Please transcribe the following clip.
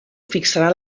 fixarà